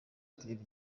bitera